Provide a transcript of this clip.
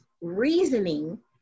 reasoning